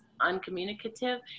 uncommunicative